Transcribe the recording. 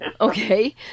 Okay